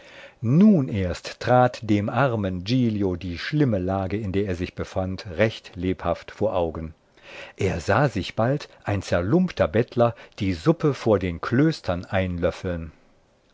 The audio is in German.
nun erst trat dem armen giglio die schlimme lage in der er sich befand recht lebhaft vor augen er sah sich bald ein zerlumpter bettler die suppe vor den klöstern einlöffeln